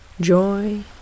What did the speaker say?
joy